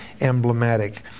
emblematic